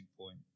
point